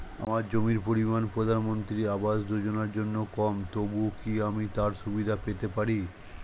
আমার জমির পরিমাণ প্রধানমন্ত্রী আবাস যোজনার জন্য কম তবুও কি আমি তার সুবিধা পেতে পারি?